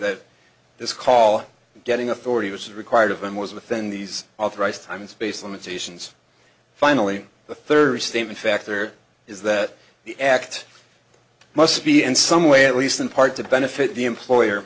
that this call getting authority was required of him was within these authorized time space limitations finally the third statement factor is that the act must be in some way at least in part to benefit the employer